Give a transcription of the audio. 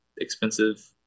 expensive